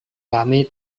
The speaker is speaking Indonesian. kami